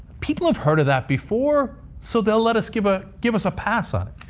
people have heard of that before. so they'll let us give a give us a pass on it.